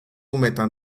umetan